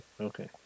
Okay